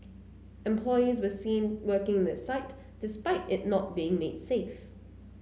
employees were seen working in the site despite it not being made safe